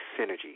synergy